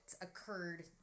occurred